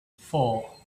four